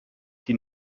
die